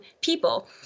people